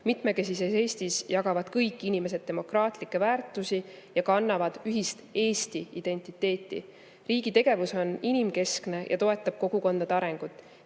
Mitmekesises Eestis jagavad kõik inimesed demokraatlikke väärtusi ja kannavad ühist Eesti identiteeti. Riigi tegevus on inimesekeskne ja toetab kogukondade arengut.